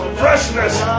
freshness